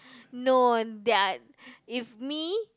no their if me